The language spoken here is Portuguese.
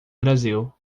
brasil